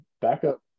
backup